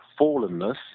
fallenness